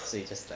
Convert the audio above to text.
so you just like